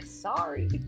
Sorry